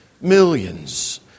Millions